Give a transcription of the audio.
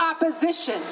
opposition